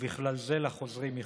ובכלל זה לחוזרים מחו"ל.